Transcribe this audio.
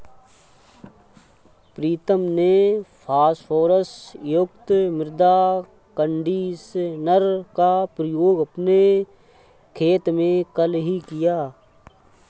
प्रीतम ने फास्फोरस युक्त मृदा कंडीशनर का प्रयोग अपने खेत में कल ही किया